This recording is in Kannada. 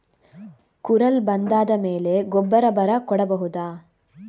ಕುರಲ್ ಬಂದಾದ ಮೇಲೆ ಗೊಬ್ಬರ ಬರ ಕೊಡಬಹುದ?